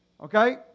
Okay